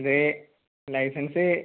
ഇതേ ലൈസൻസ്